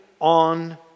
on